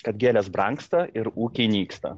kad gėlės brangsta ir ūkiai nyksta